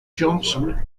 johnson